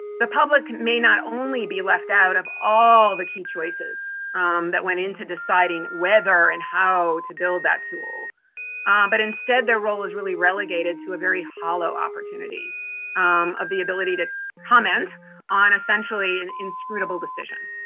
the public may not only be left out of all the key choices that went into deciding whether and how to build that tool but, instead, their role is really relegated to a very hollow opportunity of the ability to comment on essentially an inscrutable decision.